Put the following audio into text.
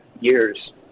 Years